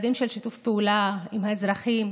צעדים של שיתוף פעולה עם האזרחים,